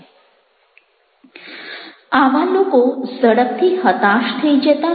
આવા લોકો ઝડપથી હતાશ થઇ જતા નથી